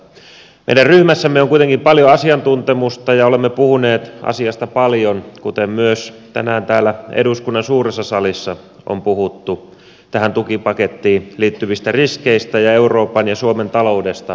meidän ryhmässämme on kuitenkin paljon asiantuntemusta ja olemme puhuneet asiasta paljon kuten myös tänään täällä eduskunnan suuressa salissa on puhuttu tähän tukipakettiin liittyvistä riskeistä ja euroopan ja suomen taloudesta kokonaisuudessaan